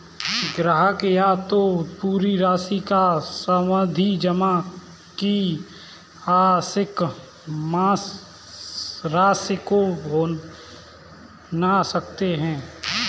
ग्राहक या तो पूरी राशि या सावधि जमा की आंशिक राशि को भुना सकता है